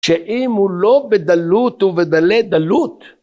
שאם הוא לא בדלות הוא בדלי דלות.